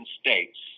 states